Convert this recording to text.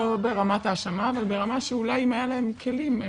לא ברמת האשמה אבל ברמה שאולי אם היה להם כלים,